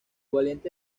valiente